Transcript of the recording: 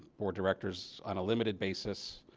board directors on a limited basis.